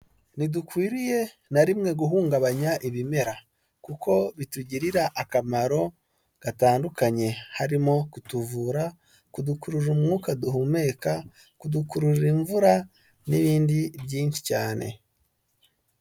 Ntidukwiriye na rimwe guhungabanya ibimera, kuko bitugirira akamaro gatandukanye harimo kutuvura, kudukurura umwuka duhumeka, kudukurura imvura n'ibindi byinshi cyane.